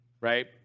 right